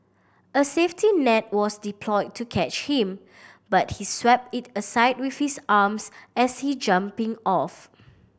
a safety net was deployed to catch him but he swept it aside with his arms as he jumping off